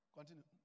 Continue